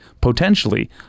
potentially